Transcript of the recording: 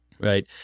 Right